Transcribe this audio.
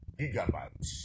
gigabytes